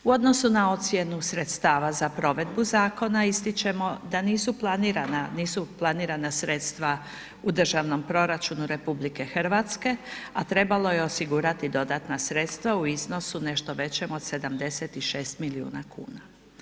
U odnosu na ocjenu sredstava za provedbu zakona, ističemo da nisu planirana sredstva u državnom proračunu RH a trebalo je osigurati dodatna sredstva u iznosu nešto većem od 76 milijuna kuna.